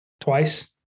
twice